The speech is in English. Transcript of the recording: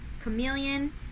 chameleon